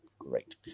Great